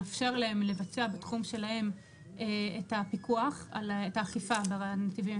מאפשר להם לבצע בתחום שלהם את האכיפה בנתיבים,